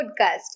Podcast